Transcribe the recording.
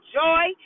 joy